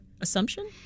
assumption